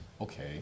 okay